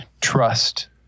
trust